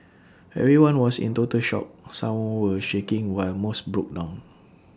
everyone was in total shock some were shaking while most broke down